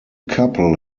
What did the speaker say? couple